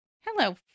Hello